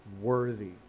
worthy